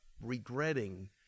regretting